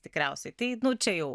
tikriausiai tai čia jau